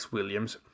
Williams